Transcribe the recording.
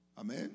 Amen